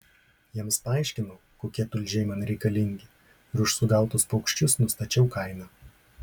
jiems paaiškinau kokie tulžiai man reikalingi ir už sugautus paukščius nustačiau kainą